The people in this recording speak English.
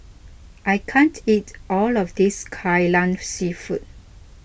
I can't eat all of this Kai Lan Seafood